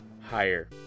Higher